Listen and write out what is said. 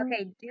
Okay